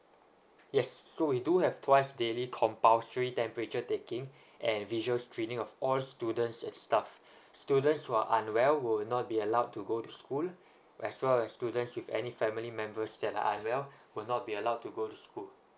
yes so we do have twice daily compulsory temperature taking and visual screening of all students and staff students who are unwell would not be allowed to go to school as well as students with any family members that are unwell would not be allowed to go to school